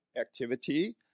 activity